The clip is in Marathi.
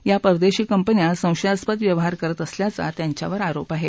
या परदेशी कंपन्या संशयास्पद व्यवहार करत असल्याचा त्यांच्यावर आरोप आहे